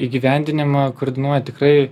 įgyvendinimą koordinuoja tikrai